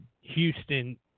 Houston –